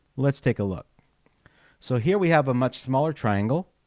let's take a look so here we have a much smaller triangle